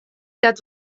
dat